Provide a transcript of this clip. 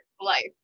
life